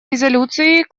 резолюции